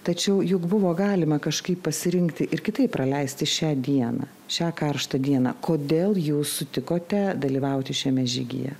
tačiau juk buvo galima kažkaip pasirinkti ir kitaip praleisti šią dieną šią karštą dieną kodėl jūs sutikote dalyvauti šiame žygyje